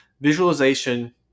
visualization